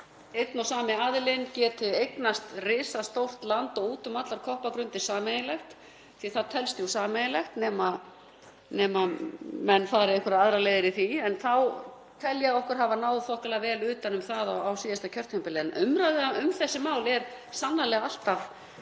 einn og sami aðilinn geti eignast risastórt land og út um allar koppagrundir, þ.e. sameiginlegt, því að það telst jú sameiginlegt nema menn fari í einhverjar aðrar leiðir í því. Ég tel okkur hafa náð þokkalega vel utan um það á síðasta kjörtímabili. En umræða um þessi mál á sannarlega alltaf